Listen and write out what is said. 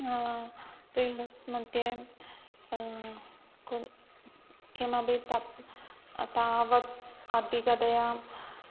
reels मध्ये कुत्र किमपि तत् तावत् अधिकतया